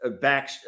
back